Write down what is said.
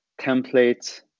template